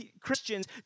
Christians